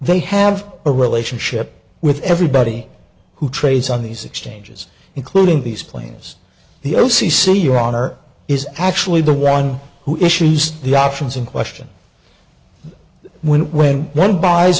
they have a relationship with everybody who trades on these exchanges including these planes the o c c your honor is actually the wrong who issues the options in question when when one